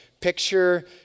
picture